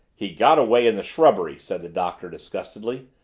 he got away in the shrubbery, said the doctor disgustedly,